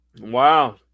wow